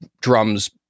drums